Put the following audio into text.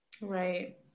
Right